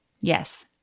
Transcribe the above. Yes